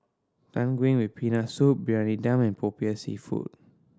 Tang Yuen with Peanut Soup Briyani Dum and Popiah Seafood